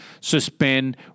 suspend